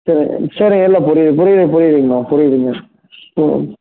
சரி சரிங் இல்லை புரியுது புரியுது புரியுதுங்கணா புரியுதுங்க